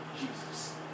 Jesus